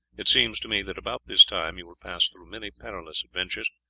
it seems to me that about this time you will pass through many perilous adventures,